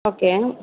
okay